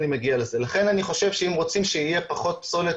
לכן אני חושב שאם רוצים שתהיה פחות פסולת